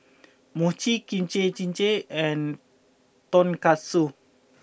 Mochi Kimchi Jjigae and Tonkatsu